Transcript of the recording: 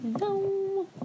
No